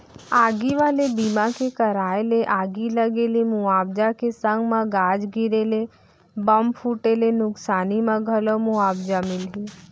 आगी वाले बीमा के कराय ले आगी लगे ले मुवाजा के संग म गाज गिरे ले, बम फूटे ले नुकसानी म घलौ मुवाजा मिलही